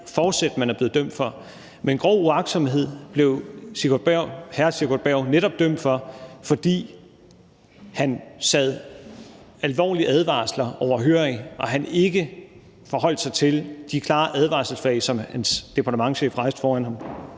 forsæt, man er blevet dømt for. Men grov uagtsomhed blev hr. Sigurd Berg netop dømt for, fordi han sad alvorlige advarsler overhørig og han ikke forholdt sig til de klare advarselsflag, som hans departementschef rejste foran ham.